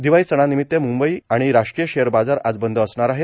दिवाळी सणा निमित्य म्ंबई आणि राष्ट्रीय शेअर बाजार आज बंद असणार आहेत